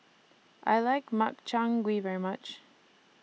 I like Makchang Gui very much